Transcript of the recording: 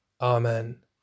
Amen